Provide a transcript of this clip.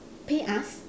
pay us